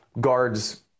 guards